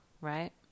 right